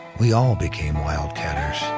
we all became wildcatters.